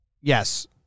Yes